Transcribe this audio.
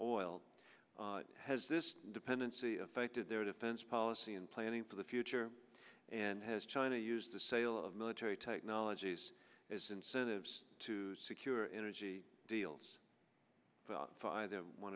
oil has this dependency affected their defense policy and planning for the future and has china used the sale of military technologies as incentives to secure energy deals